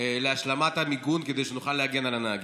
להשלמת המיגון כדי שנוכל להגן על הנהגים.